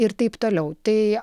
ir taip toliau tai